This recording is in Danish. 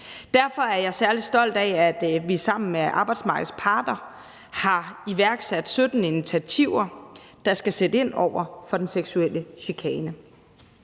Derfor er jeg særlig stolt af, at vi sammen med arbejdsmarkedets parter har iværksat 17 initiativer, der skal sætte ind over for den seksuelle chikane.